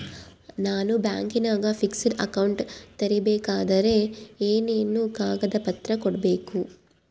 ನಾನು ಬ್ಯಾಂಕಿನಾಗ fixed account ತೆರಿಬೇಕಾದರೆ ಏನೇನು ಕಾಗದ ಪತ್ರ ಕೊಡ್ಬೇಕು?